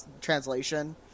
translation